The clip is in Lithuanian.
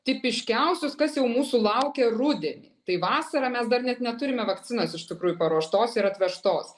tipiškiausius kas jau mūsų laukia rudenį tai vasarą mes dar net neturime vakcinos iš tikrųjų paruoštos ir atvežtos